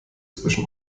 zwischen